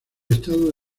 estado